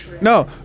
No